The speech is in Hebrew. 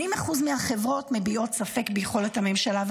80% מהחברות מביעות ספק ביכולת הממשלה.